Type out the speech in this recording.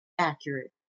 Accurate